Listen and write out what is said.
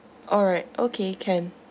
alright okay can